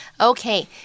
Okay